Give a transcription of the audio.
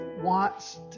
wants